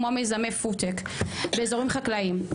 כמו מיזמי פודטק באזורים חקלאיים.